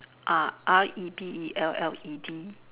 ah R E B E L L E D